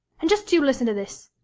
and just you listen to this.